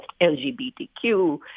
LGBTQ